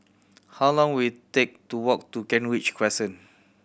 how long will it take to walk to Kent Ridge Crescent